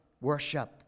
worship